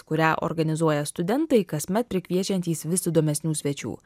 kurią organizuoja studentai kasmet prikviečiantys vis įdomesnių svečių